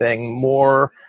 more